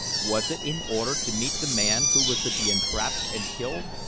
was it in order to meet the man who was to be entrapped and killed?